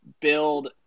build